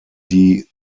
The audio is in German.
die